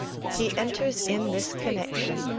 he enters in this connexion,